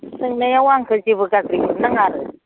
सोंनायाव आंखो जेबो गाज्रि मोननाङा आरो